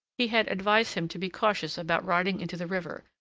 he had advised him to be cautious about riding into the river,